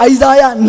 Isaiah